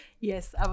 yes